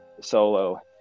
solo